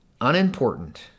unimportant